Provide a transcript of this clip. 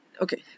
Okay